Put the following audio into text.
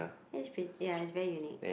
it's pretty ya it's very unique